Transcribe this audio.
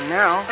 now